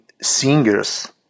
singers